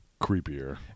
creepier